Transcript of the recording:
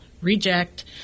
Reject